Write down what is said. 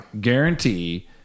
guarantee